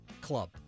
club